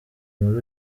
muri